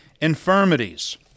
Infirmities